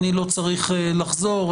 אני לא צריך לחזור,